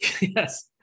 Yes